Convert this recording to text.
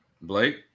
Blake